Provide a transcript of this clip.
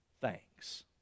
thanks